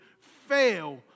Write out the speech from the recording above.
fail